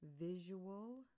Visual